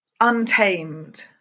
untamed